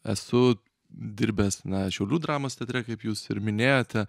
esu dirbęs na šiaulių dramos teatre kaip jūs ir minėjote